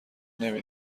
نمی